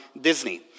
Disney